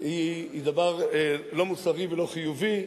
היא דבר לא מוסרי ולא חיובי.